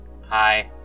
Hi